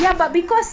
ya